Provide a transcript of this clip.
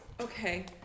Okay